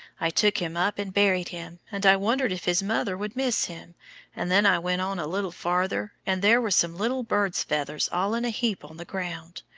i took him up and buried him, and i wondered if his mother would miss him and then i went on a little farther, and there were some little bird's feathers all in a heap on the ground.